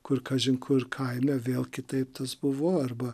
kur kažin kur kaime vėl kitaip tas buvo arba